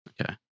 Okay